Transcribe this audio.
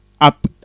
up